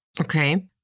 Okay